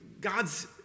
God's